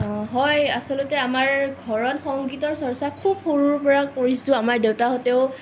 হয় আচলতে আমাৰ ঘৰত সংগীতৰ চৰ্চা খুব সৰুৰ পৰা কৰিছোঁ আমাৰ দেউতাহঁতেও